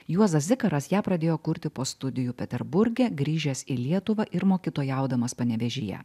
juozas zikaras ją pradėjo kurti po studijų peterburge grįžęs į lietuvą ir mokytojaudamas panevėžyje